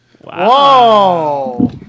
Whoa